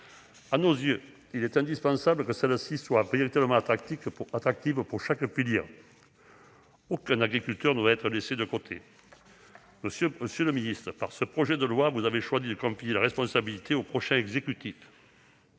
À nos yeux, il est indispensable que celle-ci soit véritablement attractive pour chaque filière. Aucun agriculteur ne doit être laissé de côté. Monsieur le ministre, avec ce projet de loi, vous avez choisi de confier cette responsabilité au prochain exécutif